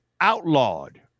outlawed